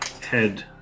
head